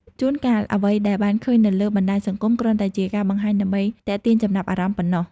ជួនកាលអ្វីដែលបានឃើញនៅលើបណ្តាញសង្គម គ្រាន់តែជាការបង្ហាញដើម្បីទាក់ទាញចំណាប់អារម្មណ៍ប៉ុណ្ណោះ។